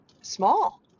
small